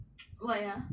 why ah